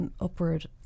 upward